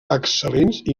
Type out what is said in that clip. excel·lents